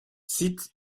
cite